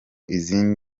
izindi